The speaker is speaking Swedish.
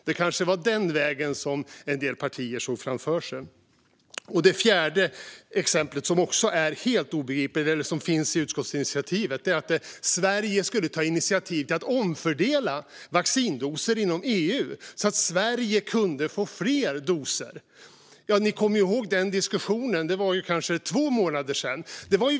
Det kanske var den vägen som en del partier såg framför sig. Ett ytterligare exempel, som också är helt obegripligt och som finns i utskottsinitiativet, är att Sverige skulle ta initiativ till att omfördela vaccindoser inom EU så att Sverige kunde få fler. Ni kommer ihåg diskussionen för kanske två månader sedan.